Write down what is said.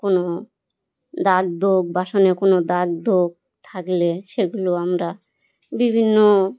কোনো দাগ দোগ বাসনে কোনো দাগ দোগ থাকলে সেগুলো আমরা বিভিন্ন